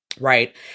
right